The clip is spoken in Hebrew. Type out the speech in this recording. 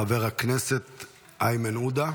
חבר הכנסת איימן עודה,